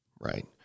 right